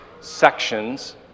sections